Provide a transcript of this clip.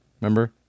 Remember